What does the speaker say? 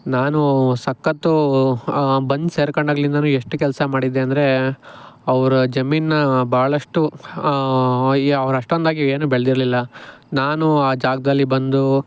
ನಾನು ಸಕ್ಕತ್ತು ಬಂದು ಸೇರ್ಕಂಡಾಗ್ಲಿಂದ ಎಷ್ಟು ಕೆಲಸ ಮಾಡಿದ್ದೆ ಅಂದರೆ ಅವರ ಜಮೀನ್ನ ಭಾಳಷ್ಟು ಯಾ ಅವ್ರು ಅಷ್ಟೊಂದಾಗಿ ಏನು ಬೆಳ್ದಿರಲಿಲ್ಲ ನಾನು ಆ ಜಾಗದಲ್ಲಿ ಬಂದು